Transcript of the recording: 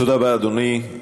תודה רבה, אדוני.